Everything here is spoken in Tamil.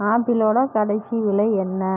ஆப்பிளோட கடைசி விலை என்ன